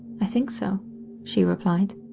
i think so she replied,